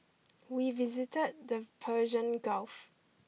we visited the Persian Gulf